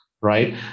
right